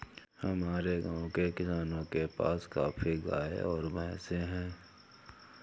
हमारे गाँव के किसानों के पास काफी गायें और भैंस है